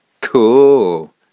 Cool